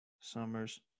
summers